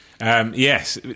Yes